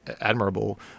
admirable